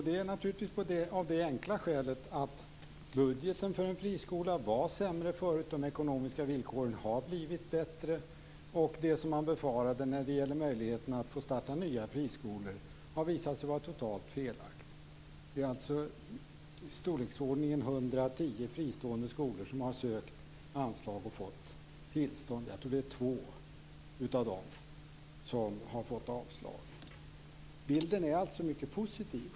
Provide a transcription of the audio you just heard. Det beror på att budgeten för en friskola var sämre tidigare. De ekonomiska villkoren har blivit bättre. Det som befarades när det gavs möjligheter att starta nya friskolor har visat sig vara totalt felaktiga. Ungefär 110 fristående skolor har sökt anslag och fått tillstånd. Jag tror att två av dem har fått avslag. Bilden är positiv.